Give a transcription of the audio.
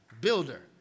builder